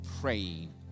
praying